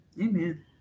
Amen